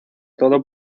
todo